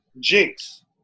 Jinx